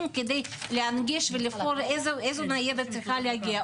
כדי להנגיש ולבחור איזו ניידת צריכה להגיע,